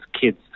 kids